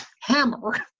hammer